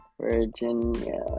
Virginia